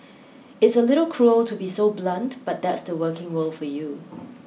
it's a little cruel to be so blunt but that's the working world for you